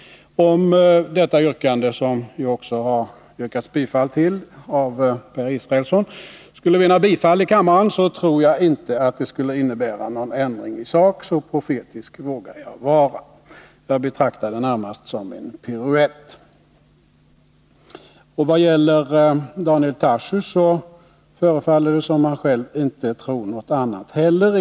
Om Daniel Tarschys yrkande, som också Per Israelsson har yrkat bifall till, skulle vinna bifall i kammaren, tror jag inte att det skulle innebära någon ändring i sak — så profetisk vågar jag vara. Jag betraktar det närmast som en piruett. Det förefaller som om Daniel Tarschys inte tror något annat heller.